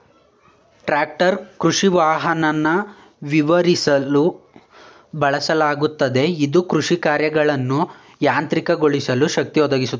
tractor ಕೃಷಿವಾಹನನ ವಿವರಿಸಲು ಬಳಸಲಾಗುತ್ತೆ ಇದು ಕೃಷಿಕಾರ್ಯಗಳನ್ನ ಯಾಂತ್ರಿಕಗೊಳಿಸಲು ಶಕ್ತಿ ಒದಗಿಸುತ್ತೆ